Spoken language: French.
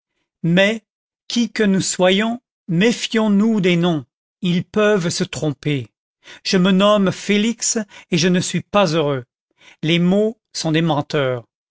mais qui que nous soyons méfions nous des noms ils peuvent se tromper je me nomme félix et ne suis pas heureux les mots sont des menteurs